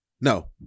No